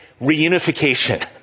reunification